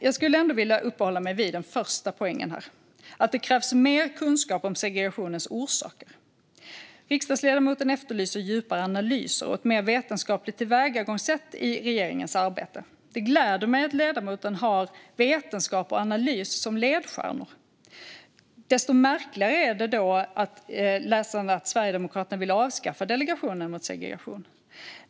Jag skulle ändå vilja uppehålla mig vid den första poängen här, nämligen att det krävs mer kunskap om segregationens orsaker. Riksdagsledamoten efterlyser djupare analyser och ett mer vetenskapligt tillvägagångssätt i regeringens arbete. Det gläder mig att ledamoten har vetenskap och analys som ledstjärna. Desto märkligare är det då att Sverigedemokraterna vill avskaffa Delegationen mot segregation.